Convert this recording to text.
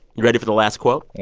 you ready for the last quote?